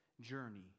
journey